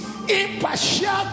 Impartial